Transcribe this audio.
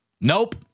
Nope